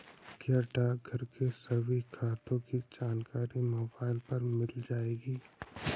क्या डाकघर के सभी खातों की जानकारी मोबाइल पर मिल जाएगी?